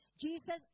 Jesus